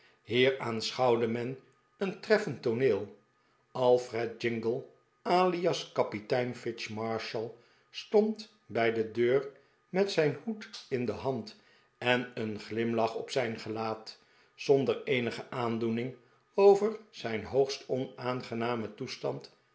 hier aanschouwde men een treffend tooneel alfred jingle alias kapitein fitzmarshall stond bij de deur met zijn hoed in de hand en een glimlach op zijn gelaat zonder eenige aandoening over zijn hoogst onaangenamen toestand